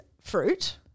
fruit